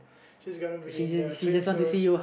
she's gonna be in the swimsuit